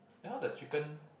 then how does chicken